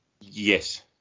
Yes